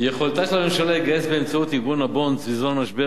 יכולתה של הממשלה לגייס באמצעות ארגון "הבונדס" בזמן משבר